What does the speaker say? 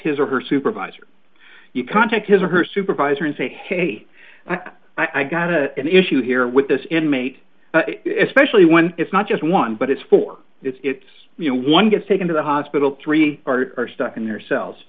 his or her supervisor you contact his or her supervisor and say hey i got an issue here with this inmate especially when it's not just one but it's for it's you know one gets taken to the hospital three are stuck in their cells